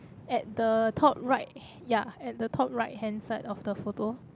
at the top right h~ ya at the top right hand side of the photo